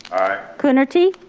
coonerty.